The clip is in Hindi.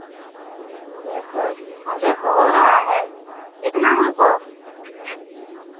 देखो देखो हो रहा हे जितना हमको